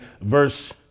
verse